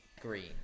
green